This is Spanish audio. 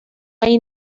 hay